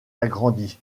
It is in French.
agrandi